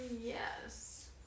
Yes